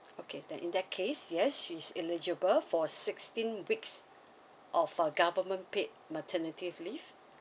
okay then in that case yes she's eligible for sixteen weeks of a government paid maternity leave